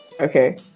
Okay